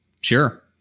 Sure